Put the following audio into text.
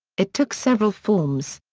it took several forms.